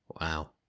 Wow